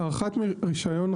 הארכת רישיון,